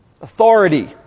Authority